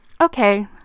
okay